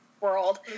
world